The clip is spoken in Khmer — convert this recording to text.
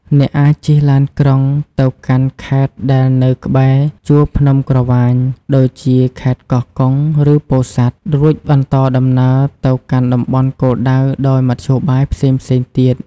អ្នកអាចជិះឡានក្រុងទៅកាន់ខេត្តដែលនៅក្បែរជួរភ្នំក្រវាញ ដូចជាខេត្តកោះកុង ឬពោធិ៍សាត់ រួចបន្តដំណើរទៅកាន់តំបន់គោលដៅដោយមធ្យោបាយផ្សេងៗទៀត។